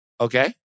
okay